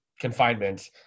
confinement